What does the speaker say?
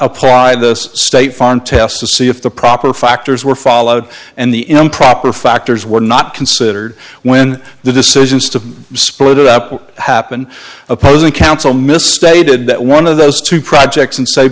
apply those state farm tests to see if the proper factors were followed and the improper the factors were not considered when the decisions to split up happened opposing counsel misstated that one of those two projects and s